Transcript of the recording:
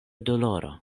doloro